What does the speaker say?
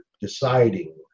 deciding